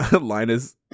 Linus